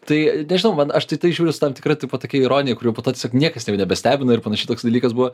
tai nežinau man aš tai tai žiūriu su tam tikra tipo tokia ironija kur jau po to tiesiog niekas nebestebina ir panašiai toks dalykas buvo